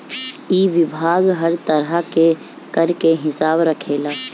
इ विभाग हर तरह के कर के हिसाब रखेला